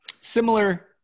Similar